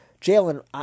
Jalen